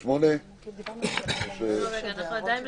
אנחנו עדיין ב-37(ד).